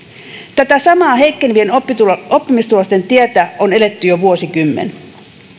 tätä samaa heikkenevien oppimistulosten tietä on eletty jo vuosikymmen